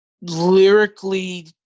lyrically